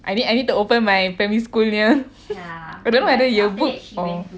I need I need to open my primary school year I don't know whether year book or